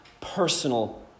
personal